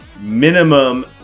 minimum